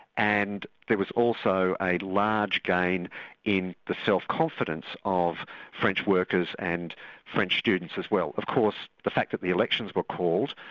and there was also a large gain in the self-confidence of french workers and french students as well. of course the fact that the elections were but called,